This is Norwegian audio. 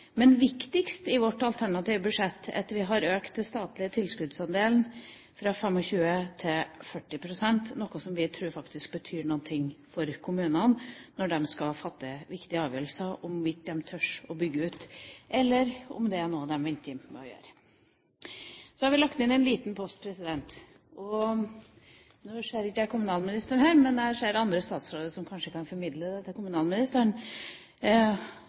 Viktigst i vårt alternative budsjett er likevel at vi har økt den statlige tilskuddsandelen fra 25 pst. til 40 pst., noe som vi tror faktisk betyr noe for kommunene når de skal treffe viktige avgjørelser om hvorvidt de tør å bygge ut, eller om det er noe de skal vente med å gjøre. Så har Venstre lagt inn en liten post til – nå ser ikke jeg kommunalministeren her, men jeg ser andre statsråder som kanskje kan formidle det til kommunalministeren